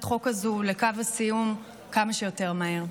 החוק הזו לקו הסיום כמה שיותר מהר.